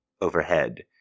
overhead